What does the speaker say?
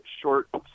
short